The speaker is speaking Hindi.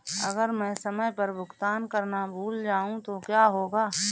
अगर मैं समय पर भुगतान करना भूल जाऊं तो क्या होगा?